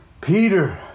Peter